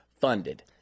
funded